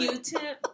Q-tip